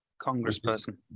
Congressperson